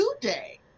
today